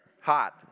Hot